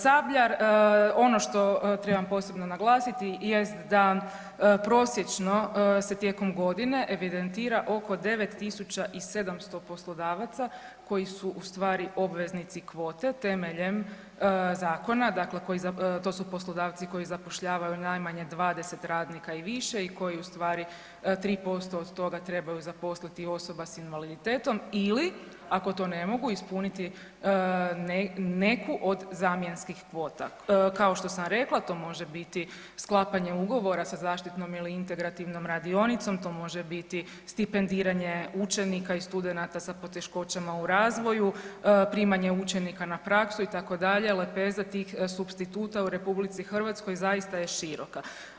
Sabljar ono što trebam posebno naglasiti jest da prosječno se tijekom godine evidentira oko 9700 poslodavaca koji su u stvari obveznici kvote temeljem zakona, dakle koji, to su poslodavci koji zapošljavaju najmanje 20 radnika i više i koji u stvari 3% od toga trebaju zaposliti osoba s invaliditetom ili ako to ne mogu ispuniti neku od zamjenskih kvota, kao što sam rekla to može biti sklapanje ugovora sa zaštitnom ili integrativnom radionicom, to može biti stipendiranje učenika i studenata sa poteškoćama u razvoju, primanje učenika na praksu, itd., lepeza tih supstituta u RH zaista je široka.